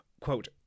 quote